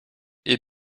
est